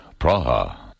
Praha